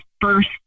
first